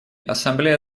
ассамблея